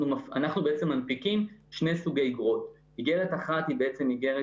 אנחנו בעצם מנפיקים שני סוגי אגרות: אגרת אחת היא בעצם איגרת